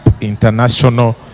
international